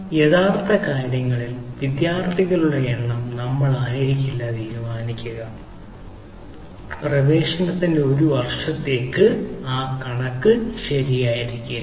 എന്നാൽ യഥാർത്ഥ കാര്യങ്ങളിൽ വിദ്യാർത്ഥിയുടെ എണ്ണം നമ്മളായിരിക്കില്ല തീരുമാനിക്കുക പ്രവേശനത്തിന്റെ ഒരു പ്രത്യേക വർഷത്തേക്ക് ആ കണക്ക് ആയിരിക്കില്ല